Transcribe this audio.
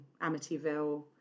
Amityville